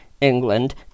England